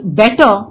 better